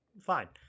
fine